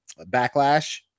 backlash